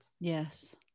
Yes